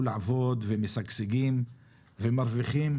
לעבוד והם משגשגים ומרוויחים,